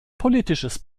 politisches